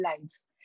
lives